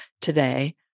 today